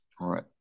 right